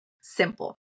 simple